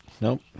Nope